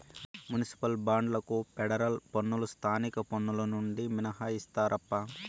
municipal బాండ్లకు federal పన్నులు స్థానిక పన్నులు నుండి మినహాయిస్తారప్పా